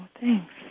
thanks